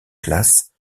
classe